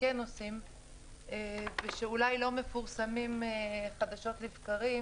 שכן עושים ושאולי לא מפורסמים חדשות לבקרים,